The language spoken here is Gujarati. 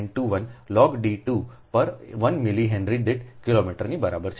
921 લોગ d 2 પર 1 મિલી હેનરી દીઠ કિલોમીટર ની બરાબર છે